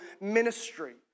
ministry